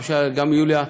גם יוליה,